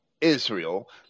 Israel